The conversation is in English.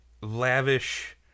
lavish